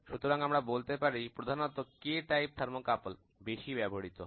সুতরাং আমরা বলতে পারি প্রধানত K টাইপ থার্মোকাপল বেশি ব্যবহৃত হয়